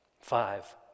Five